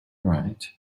right